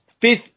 fifth